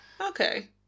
Okay